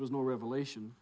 was no revelation